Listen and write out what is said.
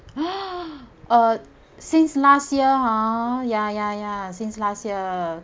uh since last year [ho] ya ya ya since last year